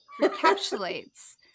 recapitulates